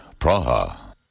Praha